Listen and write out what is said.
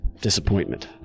Disappointment